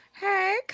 Hey